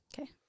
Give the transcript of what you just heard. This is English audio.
Okay